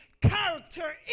character